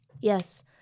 Yes